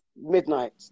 midnight